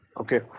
Okay